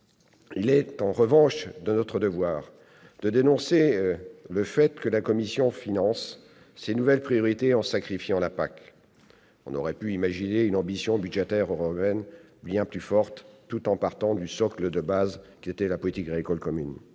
Il est en revanche de notre devoir de dénoncer le fait que la Commission européenne finance ses nouvelles priorités en sacrifiant la PAC. On aurait pu imaginer une ambition budgétaire européenne bien plus forte tout en partant du socle de base, qui était la politique agricole commune.